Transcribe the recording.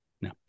No